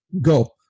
go